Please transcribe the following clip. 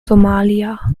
somalia